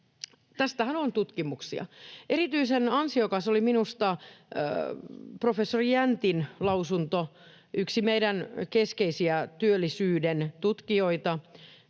kuukauteen on tutkimuksia. Erityisen ansiokas oli minusta professori Jäntin lausunto — yksi meidän keskeisiä työllisyyden tutkijoita,